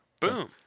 boom